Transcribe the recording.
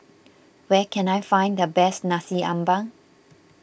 where can I find the best Nasi Ambeng